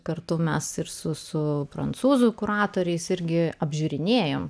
kartu mes ir su prancūzų kuratoriais irgi apžiūrinėjome